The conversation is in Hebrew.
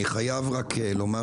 אני רק חייב לומר,